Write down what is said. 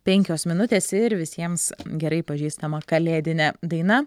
penkios minutės ir visiems gerai pažįstama kalėdinė daina